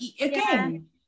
again